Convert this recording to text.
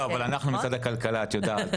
לא אבל אנחנו ממשרד הכלכלה את יודעת,